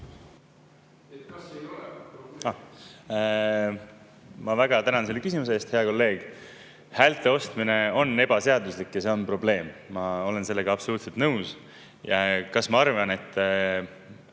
Ma väga tänan selle küsimuse eest, hea kolleeg. Häälte ostmine on ebaseaduslik ja see on probleem, ma olen sellega absoluutselt nõus. Kas ma arvan, et